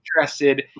interested